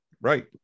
right